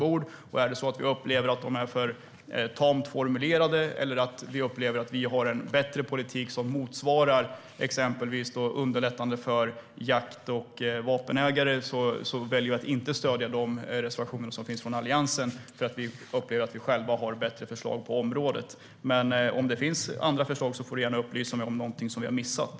Om vi upplever att de är för tamt formulerade eller att vi själva har en bättre politik, exempelvis när det gäller att underlätta för jakt och vapenägare, väljer vi att inte stödja Alliansens reservationer. Vi upplever att vi själva har bättre förslag på området. Om det finns andra förslag får du dock gärna upplysa mig om det är något som vi har missat.